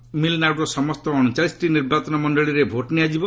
ତାମିଲନାଡୁର ସମସ୍ତ ଅଣଚାଳିଶଟି ନିର୍ବାଚନ ମଣ୍ଡଳୀରେ ଭୋଟ୍ ନିଆଯିବ